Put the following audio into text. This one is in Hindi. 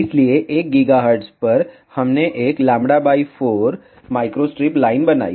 इसलिए 1 GHz पर हमने एक λ 4 माइक्रोस्ट्रिप लाइन बनाई